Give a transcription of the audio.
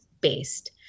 based